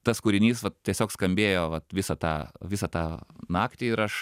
tas kūrinys tiesiog skambėjo vat visą tą visą tą naktį ir aš